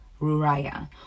ruraya